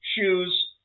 shoes